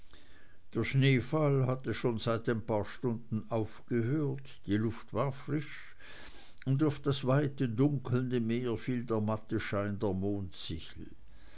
der schneefall hatte schon seit ein paar stunden aufgehört die luft war frisch und auf das weite dunkelnde meer fiel der matte schein der mondsichel